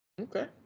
Okay